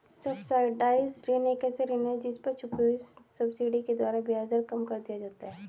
subsidised ऋण एक ऐसा ऋण है जिस पर छुपी हुई सब्सिडी के द्वारा ब्याज दर कम कर दिया जाता है